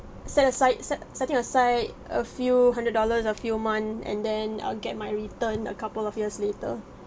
set aside set setting aside a few hundred dollars a few month and then I'll get my return a couple of years later